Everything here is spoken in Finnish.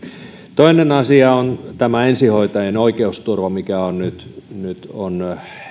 toinen asia on tämä ensihoitajien oikeusturva mikä on nyt nyt